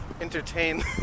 entertain